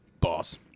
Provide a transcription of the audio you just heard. Boss